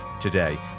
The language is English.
today